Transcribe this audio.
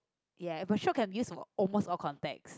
ya but shiok can be used for almost all context